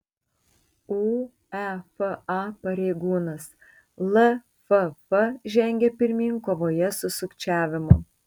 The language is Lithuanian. uefa pareigūnas lff žengia pirmyn kovoje su sukčiavimu